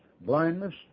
blindness